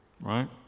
right